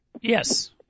Yes